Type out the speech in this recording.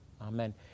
Amen